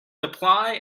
apply